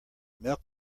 milk